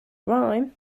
rhyme